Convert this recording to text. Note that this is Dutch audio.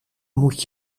moet